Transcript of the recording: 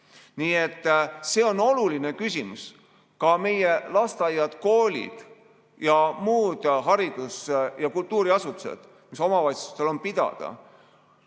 Nii et see on oluline küsimus. Ka meie lasteaiad, koolid ja muud haridus‑ ja kultuuriasutused, mis on omavalitsuste pidada,